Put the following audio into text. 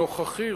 הנוכחי,